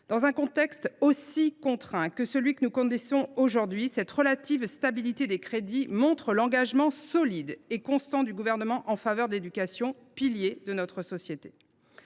Dans un contexte aussi contraint que celui que nous connaissons, cette relative stabilité des crédits montre l’engagement solide et constant du Gouvernement en faveur de l’éducation, pilier de notre société.